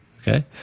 Okay